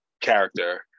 character